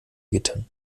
gittern